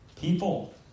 people